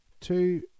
Two